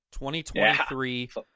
2023